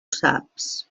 saps